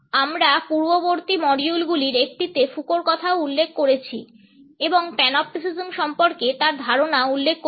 আমরা পূর্ববর্তী মডিউলগুলির একটিতে ফুকোর কথাও উল্লেখ করেছি এবং প্যানোপটিসিজম সম্পর্কে তার ধারণা উল্লেখ করেছি